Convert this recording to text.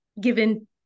given